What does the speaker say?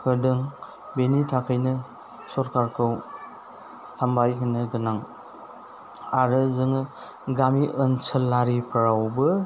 होदों बिनि थाखायनो सरखारखौ हामबाय होनो गोनां आरो जोङो गामि ओनसोलारिफ्रावबो